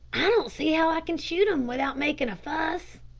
i don't see how i can shoot him without making a fuss.